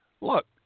Look